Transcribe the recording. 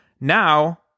Now